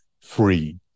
free